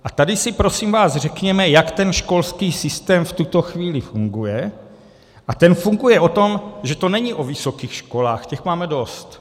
A tady si prosím vás řekněme, jak ten školský systém v tuto chvíli funguje, a ten funguje o tom, že to není o vysokých školách, těch máme dost.